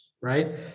right